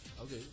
Okay